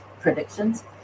predictions